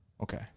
Okay